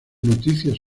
noticias